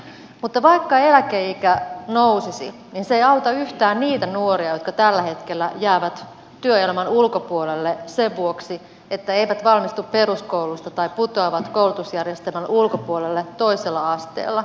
mutta vaikka eläkeikä nousisi niin se ei auta yhtään niitä nuoria jotka tällä hetkellä jäävät työelämän ulkopuolelle sen vuoksi että eivät valmistu peruskoulusta tai putoavat koulutusjärjestelmän ulkopuolelle toisella asteella